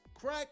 crack